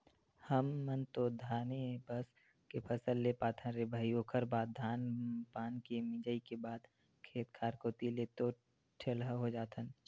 हमन तो धाने बस के फसल ले पाथन रे भई ओखर बाद धान पान के मिंजई के बाद खेत खार कोती ले तो ठेलहा हो जाथन